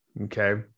Okay